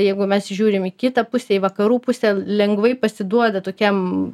jeigu mes žiūrim į kitą pusę į vakarų pusę lengvai pasiduoda tokiam